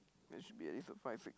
there should be at least a five six